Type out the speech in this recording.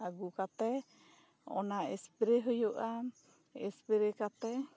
ᱟᱹᱜᱩ ᱠᱟᱛᱮᱜ ᱚᱱᱟ ᱮᱥᱯᱨᱮ ᱦᱩᱭᱩᱜᱼᱟ ᱮᱥᱯᱨᱮ ᱠᱟᱛᱮᱜ